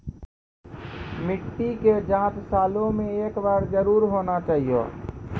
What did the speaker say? मिट्टी के जाँच सालों मे एक बार जरूर होना चाहियो?